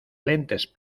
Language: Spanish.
lentes